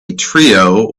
trio